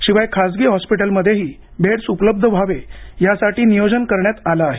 शिवाय खाजगी हॉस्पिटलमध्येही बेड्स उपलब्ध व्हावे यासाठी नियोजन करण्यात आलं आहे